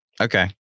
Okay